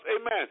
amen